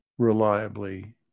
reliably